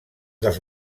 dels